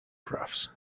graphs